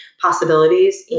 possibilities